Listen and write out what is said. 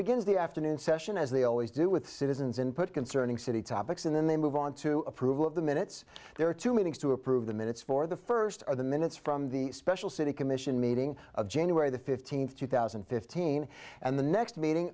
begins the afternoon session as they always do with citizens input concerning city topics and then they move on to approval of the minutes there are two meetings to approve the minutes for the first or the minutes from the special city commission meeting of january the fifteenth two thousand and fifteen and the next meeting